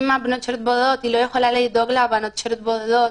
אם בנות השירות בודדות היא לא יכולה לדאוג לבנות שירות בודדות,